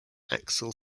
axle